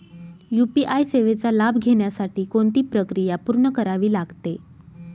UPI सेवेचा लाभ घेण्यासाठी कोणती प्रक्रिया पूर्ण करावी लागते?